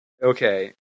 Okay